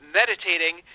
meditating